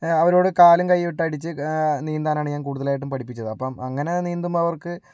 അവരോട് കാലും കൈയുമിട്ടടിച്ച് നീന്താനാണ് ഞാൻ കൂടുതലായിട്ടും പഠിപ്പിച്ചത് അപ്പം അങ്ങനെ നീന്തുമ്പോൾ അവർക്ക്